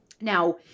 Now